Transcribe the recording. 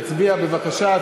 שיצביע בבקשה.